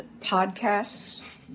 podcasts